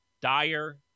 dire